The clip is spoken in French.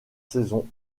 saison